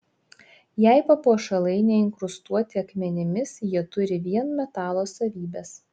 jei papuošalai neinkrustuoti akmenimis jie turi vien metalo savybes